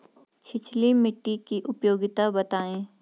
छिछली मिट्टी की उपयोगिता बतायें?